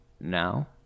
Now